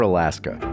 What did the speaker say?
Alaska